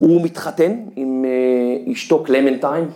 ‫הוא מתחתן עם אשתו, קלמנטיין.